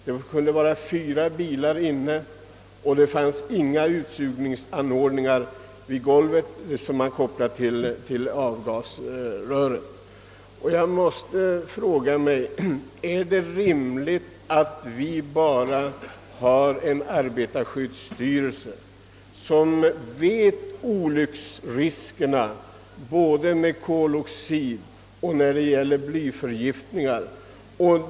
Det kunde vara fyra bilar inne i lokalen, men det fanns inga utsugningsanordningar i golvet att koppla till avgasrören. Arbetarskyddsstyrelsen känner till förgiftningsriskerna när det gäller både koloxid och bly.